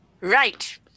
right